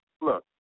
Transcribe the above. Look